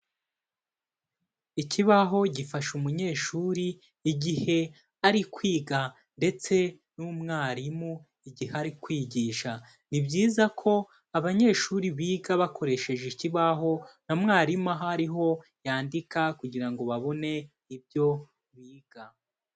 Ikibaho gifasha umunyeshuri igihe ari kwiga ndetse n'umwarimu igihe ari kwigisha, ni byiza ko abanyeshuri biga bakoresheje ikibaho na mwarimu aho ariho yandika kugira ngo babone ibyo biga.